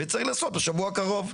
וצריך לעשות בשבוע הקרוב.